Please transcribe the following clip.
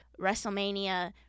WrestleMania